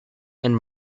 and